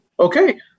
Okay